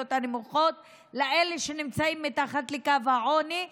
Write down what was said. חשמל יהיה